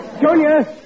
Junior